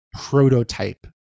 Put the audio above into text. prototype